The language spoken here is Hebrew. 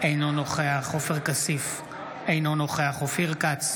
אינו נוכח עופר כסיף, אינו נוכח אופיר כץ,